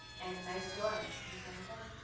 and nice dorms, which is very important.